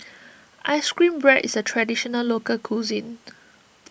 Ice Cream Bread is a Traditional Local Cuisine